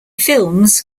films